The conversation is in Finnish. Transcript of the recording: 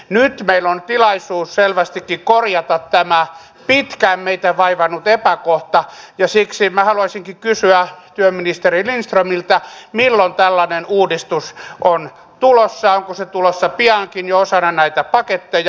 nyt meillä on selvästikin tilaisuus korjata tämä pitkään meitä vaivannut epäkohta ja siksi minä haluaisinkin kysyä työministeri lindströmiltä milloin tällainen uudistus on tulossa ja onko se tulossa piankin jo osana näitä paketteja